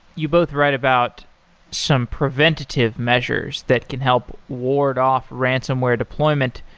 you both write about some preventative measures that can help ward off ransonware deployment.